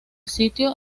sitio